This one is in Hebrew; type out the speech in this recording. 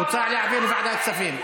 הוצע להעביר לוועדת כספים.